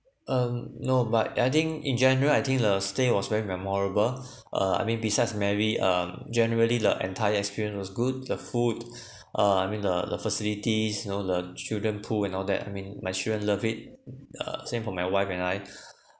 um no but I think in general I think the stay was very memorable uh I mean besides mary um generally the entire experience was good the food uh I mean the the facilities you know the children pool and all that I mean my children love it uh same for my wife and I